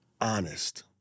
honest